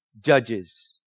judges